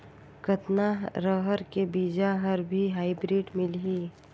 कतना रहर के बीजा हर भी हाईब्रिड मिलही?